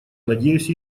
надеюсь